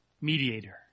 mediator